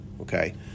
okay